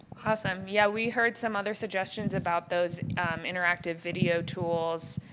awesome. yeah we heard some other suggestions about those interactive video tools